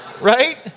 right